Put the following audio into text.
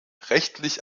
rechtlich